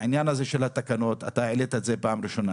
את העניין הזה של התקנות העלית פעם ראשונה.